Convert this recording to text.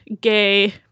gay